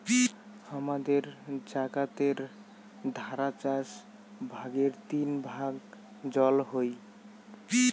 হামাদের জাগাতের ধারা চার ভাগের তিন ভাগ জল হই